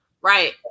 Right